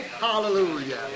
Hallelujah